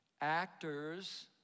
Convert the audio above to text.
actors